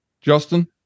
Justin